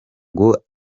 ngo